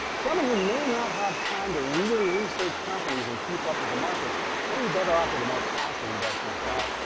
someone who may not have time to really research companies and keep up with the markets may be better off with a more passive investing style,